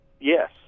Yes